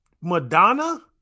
Madonna